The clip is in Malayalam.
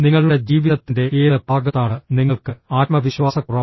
നിങ്ങളുടെ ജീവിതത്തിന്റെ ഏത് ഭാഗത്താണ് നിങ്ങൾക്ക് ആത്മവിശ്വാസക്കുറവ്